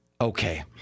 Okay